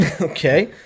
Okay